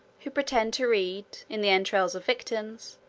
who pretend to read, in the entrails of victims,